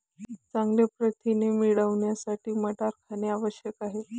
चांगले प्रथिने मिळवण्यासाठी मटार खाणे आवश्यक आहे